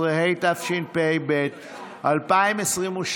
15), התשפ"ב 2022,